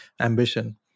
ambition